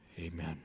amen